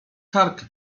kark